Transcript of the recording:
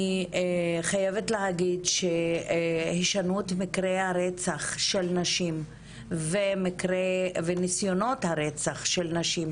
אני חייבת להגיד שהישנות מקרי הרצח של נשים וניסיונות הרצח של נשים,